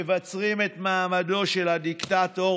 מבצרים את מעמדו של הדיקטטור